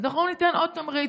אז אנחנו ניתן עוד תמריץ,